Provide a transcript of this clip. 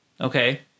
Okay